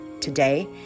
today